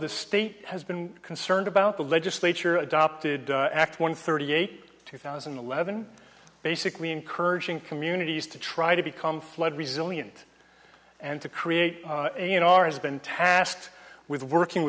the state has been concerned about the legislature adopted act one thirty eight two thousand and eleven basically encouraging communities to try to become flood resilient and to create in our has been tasked with working